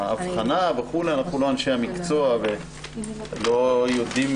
אנחנו לא אנשי המקצוע ולא יודעים